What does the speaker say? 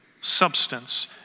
substance